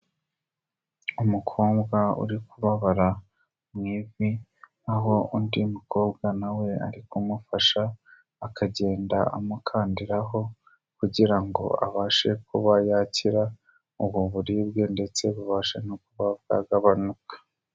Umukobwa uri kubabara mu ivi aho undi mukobwa nawe ari kumufasha akagenda amukandiraho kugira ngo abashe kuba yakira ubu buribwe ndetse bubasha no kuba bwagabanuka.